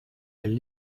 elles